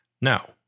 Now